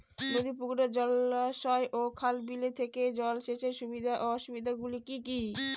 নদী পুকুর জলাশয় ও খাল বিলের থেকে জল সেচের সুবিধা ও অসুবিধা গুলি কি কি?